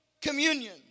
communion